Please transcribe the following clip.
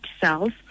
cells